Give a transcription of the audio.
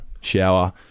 shower